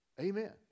amen